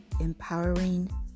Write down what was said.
Empowering